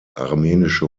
armenische